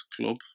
club